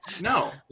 no